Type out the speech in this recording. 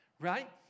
right